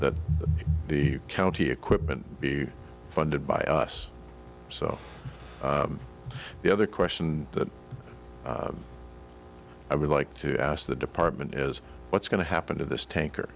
that the county equipment be funded by us so the other question that i would like to ask the department is what's going to happen to this tank